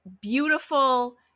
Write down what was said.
beautiful